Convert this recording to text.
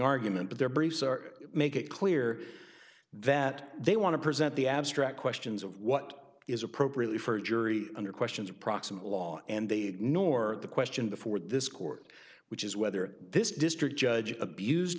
argument but their briefs are make it clear that they want to present the abstract questions of what is appropriate for a jury under questions of proximate law and they nor the question before this court which is whether this district judge abused